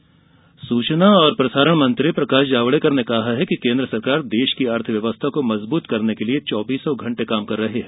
जावड़ेकर सूचना और प्रसारण मंत्री प्रकाश जावडेकर ने कहा है कि केन्द्र सरकार देश की अर्थव्यवस्था को मजबूत करने के लिये चौबीसों घंटे काम कर रही है